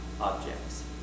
objects